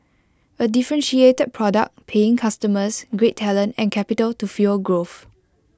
A differentiated product paying customers great talent and capital to fuel growth